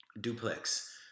Duplex